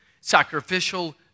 sacrificial